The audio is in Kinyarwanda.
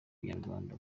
nyarwanda